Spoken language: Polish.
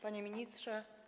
Panie Ministrze!